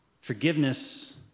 Forgiveness